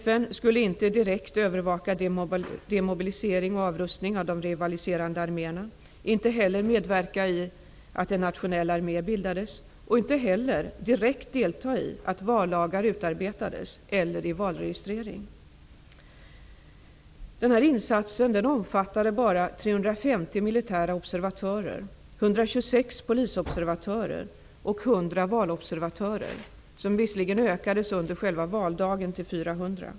FN skulle inte direkt övervaka demobilisering och avrustning av de rivaliserande arméerna, inte heller medverka i att en nationell armé bildades och inte heller direkt delta i utarbetandet av vallagar eller i valregistrering. Denna insats omfattade bara 350 militära observatörer, 126 polisobservatörer och 100 under själva valet.